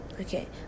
okay